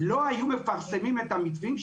לא היו מפרסמים את המתווים,